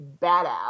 badass